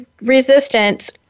resistance